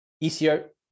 easier